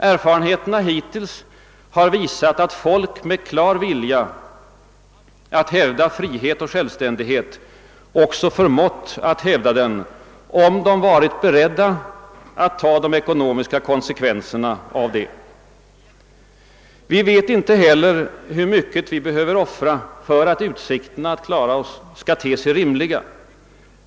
Erfarenheterna hittills har visat att folk med klar vilja att hävda frihet och självständighet också har förmått att hävda sitt oberoende, såvida de varit beredda att ta de ekonomiska konsekvenserna därav. Vi vet inte heller hur mycket vi behöver offra för att utsikterna att klara oss skall te sig rimliga.